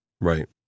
Right